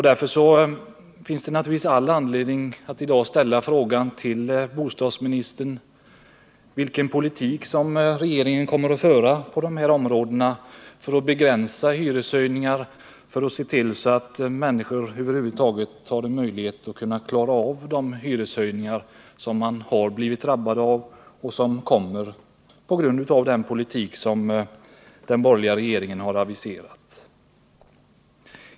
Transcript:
Därför finns det naturligtvis all anledning att i dag ställa frågan till bostadsministern: Vilken politik kommer regeringen att föra på dessa områden för att begränsa hyreshöjningarna och se till att människorna över huvud taget har möjlighet att klara av de hyreshöjningar som de har drabbats av och som blir en följd av den politik som den borgerliga regeringen har aviserat?